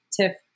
Tiff